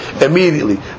immediately